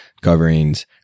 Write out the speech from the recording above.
coverings